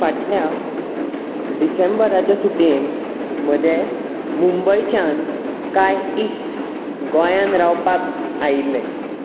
फाटल्या डिसेंबराच्या सुटयेंत म्हजे मुंबयच्यान कांय इश्ट गोंयान रावपाक आयिल्ले